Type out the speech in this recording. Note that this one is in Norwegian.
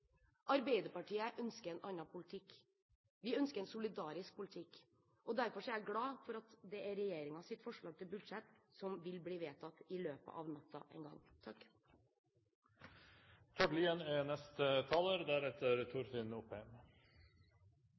Arbeiderpartiet ønsker en annen politikk. Vi ønsker en solidarisk politikk, og derfor er jeg glad for at det er regjeringens forslag til budsjett som vil bli vedtatt i løpet av natten en gang.